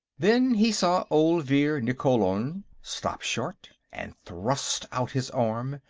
then he saw olvir nikkolon stop short and thrust out his arm,